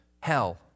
hell